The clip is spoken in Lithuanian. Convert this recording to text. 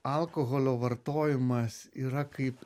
alkoholio vartojimas yra kaip